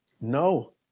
No